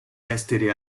esteri